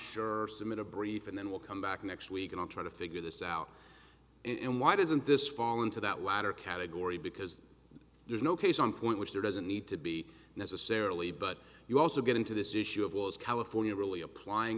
or submit a brief and then we'll come back next week and i'll try to figure this out and why doesn't this fall into that latter category because there's no case on point which there doesn't need to be necessarily but you also get into this issue of well as california really applying